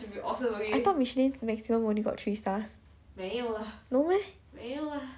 I thought michelin maximum only got three stars no meh